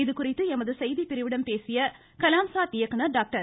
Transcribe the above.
இதுகுறித்து எமது செய்திப்பிரிவிடம் பேசிய கலாம் சாட் இயக்குநர் டாக்டர்